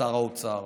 שר האוצר.